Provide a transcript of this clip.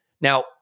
now